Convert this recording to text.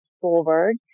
forward